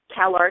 CalArts